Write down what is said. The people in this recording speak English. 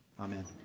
Amen